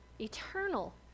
eternal